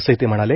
असंही ते म्हणाले